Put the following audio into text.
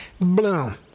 Bloom